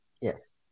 Yes